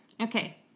Okay